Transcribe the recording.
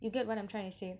you get what I'm trying to say